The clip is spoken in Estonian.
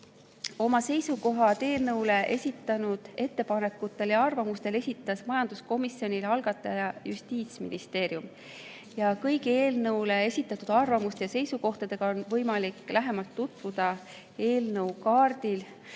Oma seisukohad eelnõu kohta esitatud ettepanekute ja arvamuste kohta esitas majanduskomisjonile eelnõu algataja ehk Justiitsministeerium. Kõigi eelnõu kohta esitatud arvamuste ja seisukohtadega on võimalik lähemalt tutvuda eelnõu kaardil.